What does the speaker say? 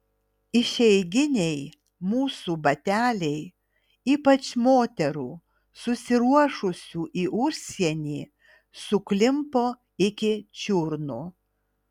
išeiginiai mūsų bateliai ypač moterų susiruošusių į užsienį suklimpo iki čiurnų